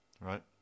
right